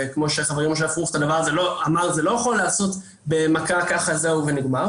וחברי משה פרוכט אמר זה לא יכול להיעשות במכה ונגמר אלא